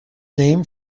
name